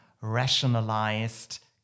rationalized